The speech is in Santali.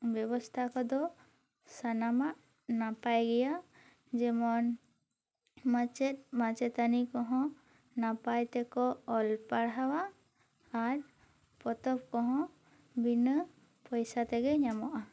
ᱵᱮᱵᱚᱥᱛᱟ ᱠᱚᱫᱚ ᱥᱟᱱᱟᱢᱟᱜ ᱱᱟᱯᱟᱭ ᱜᱮᱭᱟ ᱡᱮᱢᱚᱱ ᱢᱟᱪᱮᱫ ᱢᱟᱪᱮᱛᱟᱱᱤ ᱠᱚᱦᱚᱸ ᱱᱟᱯᱟᱭ ᱛᱮᱠᱚ ᱚᱞ ᱯᱟᱲᱦᱟᱣᱟ ᱟᱨ ᱯᱚᱛᱚᱵ ᱠᱚᱦᱚᱸ ᱵᱤᱱᱟ ᱯᱚᱭᱥᱟ ᱛᱮᱜᱮ ᱧᱟᱢᱚᱜᱼᱟ